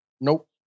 Nope